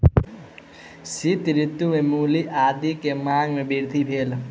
शीत ऋतू में मूली आदी के मांग में वृद्धि भेल